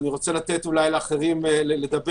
אני רוצה לתת אולי לאחרים לדבר.